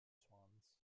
swans